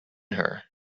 her